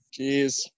Jeez